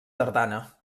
tardana